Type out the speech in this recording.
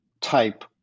type